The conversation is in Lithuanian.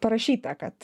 parašyta kad